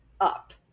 up